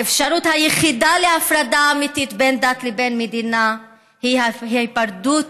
האפשרות היחידה להפרדה אמיתית בין דת לבין מדינה היא ההיפרדות